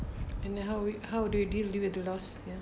and then how we how do you deal with the loss